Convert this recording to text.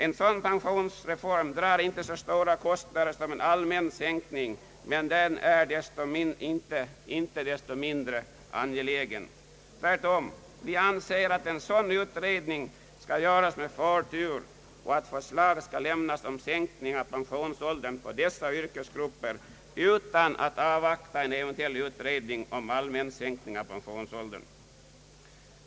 En sådan pensionsreform Om sänkning av pensionsåldern, m.m. drar inte så stora kostnader som en allmän sänkning, men inte desto mindre är den angelägen. Vi anser att en sådan utredning skall göras med förtur och att förslag skall lämnas om sänkning av pensionsåldern för dessa yrkesgrupper utan avvaktan på en eventuell utredning om allmän sänkning av pensionsåldern.